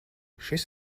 šis